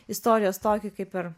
istorijos tokį kaip ir